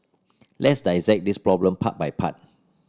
let's dissect this problem part by part